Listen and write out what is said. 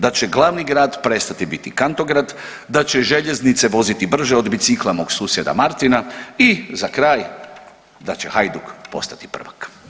Da će glavni grad prestati biti kantograd, da će željeznice voziti brže od bicikla mog susjeda Martina i za kraj, da će Hajduk postati prvak.